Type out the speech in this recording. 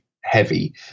heavy